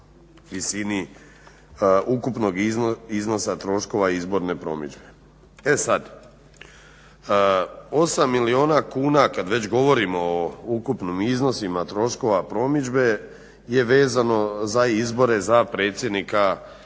visini ukupnih troškova izborne promidžbe. E sad 8 milijuna kuna kad već govorimo o ukupnim iznosima troškova promidžbe je vezano za izbore za predsjednika RH.